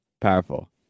Powerful